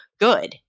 good